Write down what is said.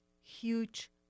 huge